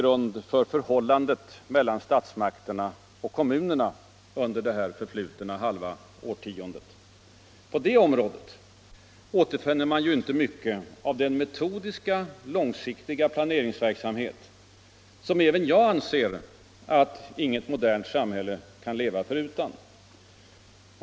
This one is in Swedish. grund för förhållandet mellan statsmakterna och kommunerna under det senast förflutna halva årtiondet. På det området återfinner man inte mycket av den metodiska, långsiktiga planeringsverksamhet som även jag anser att inget modernt samhälle kan leva förutan.